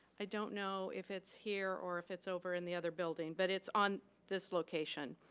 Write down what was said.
i don't know if it's here or if it's over in the other building, but it's on this location.